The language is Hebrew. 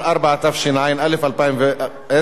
התשע"א 2010,